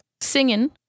singing